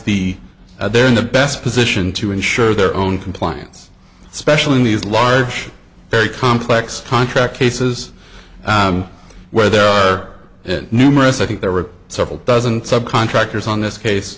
the they're in the best position to ensure their own compliance especially in these large very complex contract cases where there are numerous i think there were several dozen subcontractors on this case